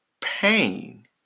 pain